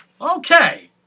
okay